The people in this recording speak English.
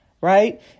Right